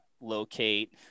locate